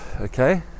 okay